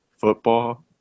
Football